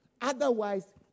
Otherwise